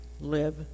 live